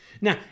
Now